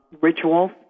rituals